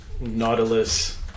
Nautilus